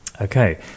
Okay